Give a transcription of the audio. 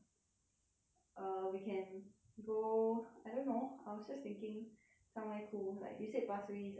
err we can go I don't know I was just thinking somewhere cool like you said pasir-ris I don't mind pasir-ris